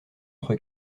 entre